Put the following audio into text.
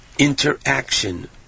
Interaction